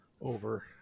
over